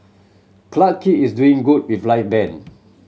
Clarke Quay is doing good with live band